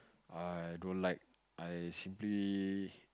I don't like I simply